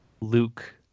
Luke